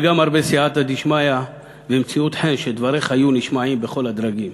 וגם הרבה סייעתא דשמיא ומציאות חן שדבריך יהיו נשמעים בכל הדרגים.